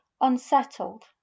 unsettled